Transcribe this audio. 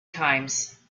times